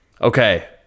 Okay